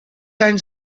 anys